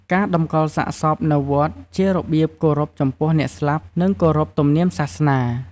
ការតម្កលសាកសពនៅវត្តជារបៀបគោរពចំពោះអ្នកស្លាប់និងគោរពទំនៀមសាសនា។